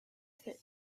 that